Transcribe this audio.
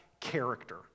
character